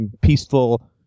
peaceful